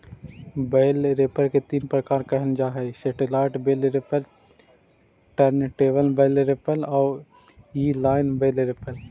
बेल wrapper के तीन प्रकार कहल जा हई satellite bale wrapper, turntable bale wrapper आउ इन लाइन बेल रैपर